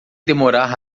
demorar